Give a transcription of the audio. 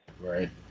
Right